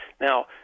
Now